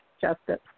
justice